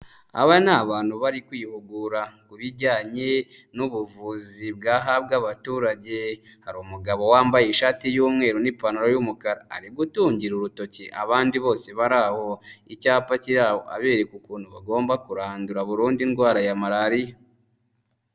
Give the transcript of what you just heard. Aba ni abantu bari kwihugura ku bijyanye n'ubuvuzi bwahabwa abaturage, hari umugabo wambaye ishati y'umweru n'ipantaro y'umukara, ari gutungira urutoki abandi bose bari aho icyapa kiri aho, abereka ukuntu bagomba kurandura burundu indwara ya malariya.